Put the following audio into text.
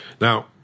Now